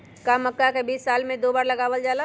का मक्का के बीज साल में दो बार लगावल जला?